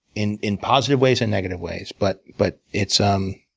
in in positive ways and negative ways. but but it's um